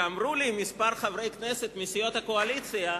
ואמרו לי כמה חברי כנסת מסיעות הקואליציה,